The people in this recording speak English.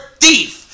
thief